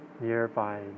nearby